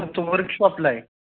आमचं वर्कशॉपला आहे